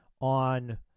on